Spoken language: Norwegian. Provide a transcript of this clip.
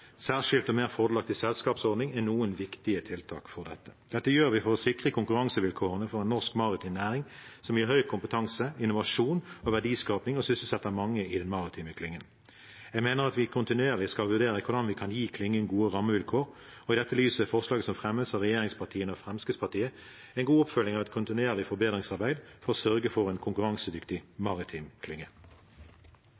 særskilt og mer fordelaktig selskapsordning er noen viktige tiltak for dette. Dette gjør vi for å sikre konkurransevilkårene for en norsk maritim næring som gir høy kompetanse, innovasjon og verdiskaping, og som sysselsetter mange i den maritime klyngen. Jeg mener at vi kontinuerlig må vurdere hvordan vi kan gi klyngen gode rammevilkår, og i dette lyset er forslaget som fremmes av regjeringspartiene og Fremskrittspartiet, en god oppfølging av et kontinuerlig forbedringsarbeid for å sørge for en konkurransedyktig